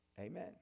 Amen